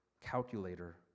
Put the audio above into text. calculator